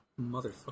motherfucker